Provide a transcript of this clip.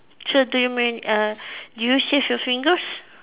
so do you mean uh did you save your fingers